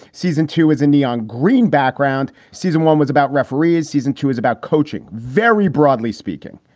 season two is in neon green background. season one was about referees. season two is about coaching, very broadly speaking.